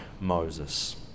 moses